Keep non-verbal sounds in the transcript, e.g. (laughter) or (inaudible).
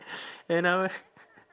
(breath) and I w~